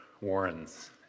Warrens